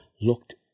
looked